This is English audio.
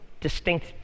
distinct